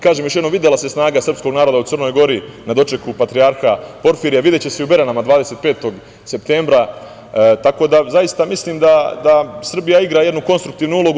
Kažem još jednom, videla se snaga srpskog naroda u Crnoj Gori na dočeku patrijarha Porfirija, videće se i u Beranama 25. septembra, tako da zaista mislim da Srbija igra jednu konstruktivnu ulogu.